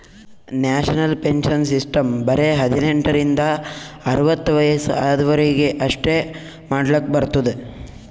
national pension system ಬರೆ ಹದಿನೆಂಟ ರಿಂದ ಅರ್ವತ್ ವಯಸ್ಸ ಆದ್ವರಿಗ್ ಅಷ್ಟೇ ಮಾಡ್ಲಕ್ ಬರ್ತುದ್